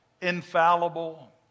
infallible